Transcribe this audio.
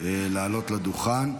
לעלות לדוכן.